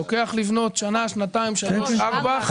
לוקח לבנות שנה, שנתיים, שלוש וארבע שנים.